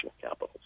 capital